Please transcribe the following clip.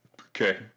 Okay